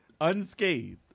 unscathed